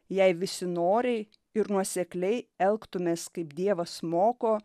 jei visi noriai ir nuosekliai elgtumės kaip dievas moko